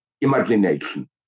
imagination